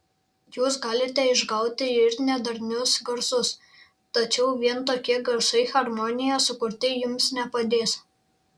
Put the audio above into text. jūs galite išgauti ir nedarnius garsus tačiau vien tokie garsai harmonijos sukurti jums nepadės